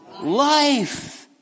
life